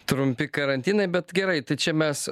trumpi karantinai bet gerai tai čia mes